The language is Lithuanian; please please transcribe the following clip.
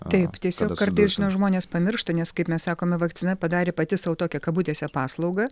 taip tiesiog kartais nu žmonės pamiršta nes kaip mes sakome vakcina padarė pati sau tokią kabutėse paslaugą